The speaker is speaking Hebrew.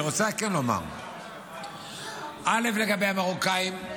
אני רוצה כן לומר לגבי המרוקאים,